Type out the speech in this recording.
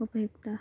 उपयुक्ताः